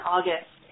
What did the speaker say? August